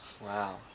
wow